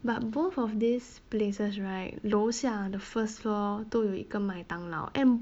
but both of these places right 楼下 the first floor 都有一个麦当劳 and